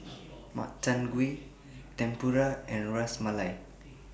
Makchang Gui Tempura and Ras Malai